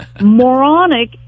moronic